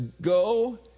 go